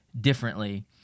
differently